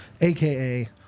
aka